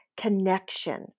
connection